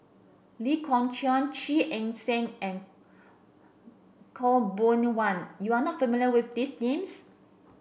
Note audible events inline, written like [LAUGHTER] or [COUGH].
Lee Kong Chong [UNINTELLIGIBLE] Eng Seng and Khaw Boon Wan you are not familiar with these names